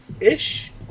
ish